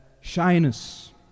shyness